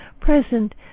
present